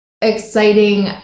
exciting